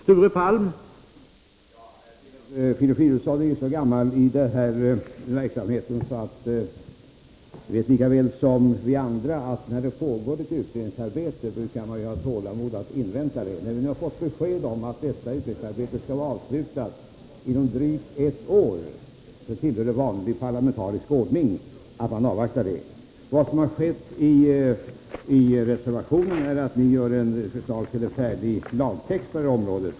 Herr talman! Filip Fridolfsson är så gammal i den här verksamheten att han vet lika väl som vi andra att när det pågår ett utredningsarbete, så brukar vi ha tålamod att invänta det. När vi nu har fått besked om att detta utredningsarbete skall vara avslutat inom drygt ett år, tillhör det vanlig parlamentarisk ordning att avvakta utredningsresultatet. Vad som har skett i reservationen är att ni lämnar förslag till en färdig lagtext på det här området.